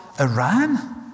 Iran